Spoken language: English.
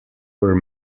were